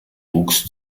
wuchs